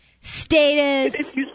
Status